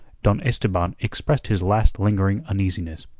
don esteban expressed his last lingering uneasiness